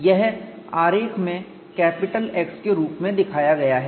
यह आरेख में कैपिटल X के रूप में दिखाया गया है